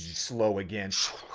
slow again,